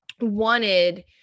wanted